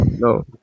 No